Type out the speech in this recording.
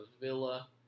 Villa